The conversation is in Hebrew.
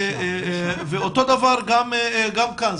אותו הדבר גם כאן,